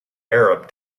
arab